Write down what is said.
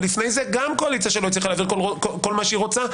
ולפני זה גם קואליציה שלא הצליחה להעביר כל מה שהיא רוצה.